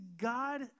God